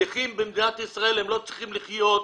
הנכים במדינת ישראל לא צריכים לחיות.